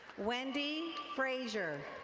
wendy frazier.